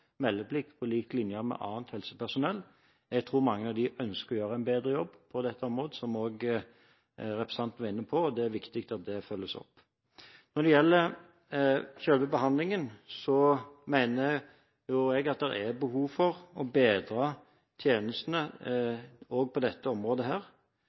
meldeplikt på lik linje med annet helsepersonell, og jeg tror mange av dem ønsker å gjøre en bedre jobb på dette området, som også representanten var inne på. Det er viktig at det følges opp. Når det gjelder selve behandlingen, mener jeg at det er behov for å bedre tjenestene